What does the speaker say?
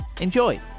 Enjoy